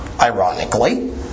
ironically